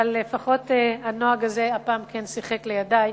אבל לפחות הנוהג הזה הפעם כן שיחק לידי,